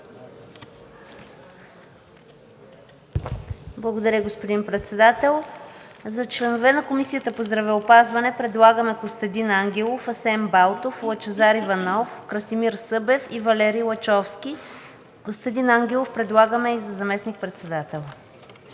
Благодаря, господин Председател. За членове на Комисията по здравеопазването предлагаме Костадин Ангелов, Асен Балтов, Лъчезар Иванов, Красимир Събев и Валери Лачовски, а Костадин Ангелов предлагаме и за заместник-председател.